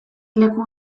leku